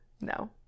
No